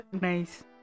Nice